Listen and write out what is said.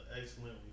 excellent